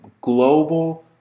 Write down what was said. global